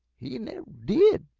he never did,